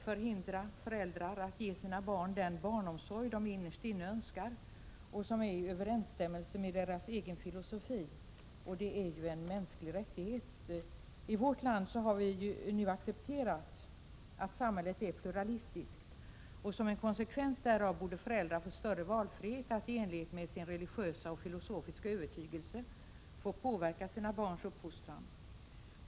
Föräldrar förhindras att ge sina barn den barnomsorg som de innerst inne önskar och som står i överensstämmelse med deras egen filosofi — det är ju en mänsklig rättighet. I vårt land har vi nu accepterat att samhället är pluralistiskt. Som en konsekvens därav borde föräldrar få större valfrihet att i enlighet med sin religiösa och filosofiska övertygelse påverka sina barns uppfostran.